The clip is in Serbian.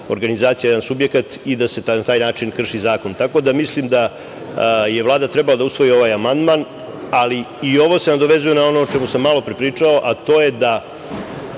organizacija, jedan subjekat i da se na taj način krši zakon. Tako da mislim da je Vlada trebala da usvoji ovaj amandman, ali i ovo se nadovezuje na ono o čemu sam malopre pričao, a to je da